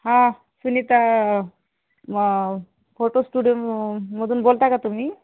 हा सुनिता माव photo studio मधून बोलत आहे का तुम्ही